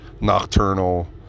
Nocturnal